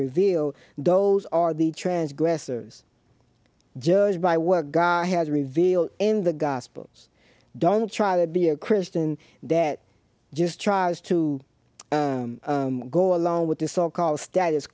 revealed those are the transgressors judged by what god has revealed in the gospels don't try to be a christian that just tries to go along with the so called status